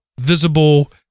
visible